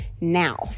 Now